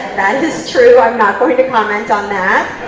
that is true. i'm not going to comment on that.